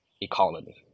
economy